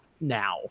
now